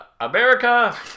America